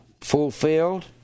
fulfilled